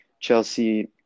Chelsea